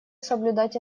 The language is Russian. соблюдать